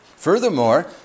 Furthermore